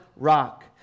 rock